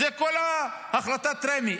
זו כל החלטת רמ"י.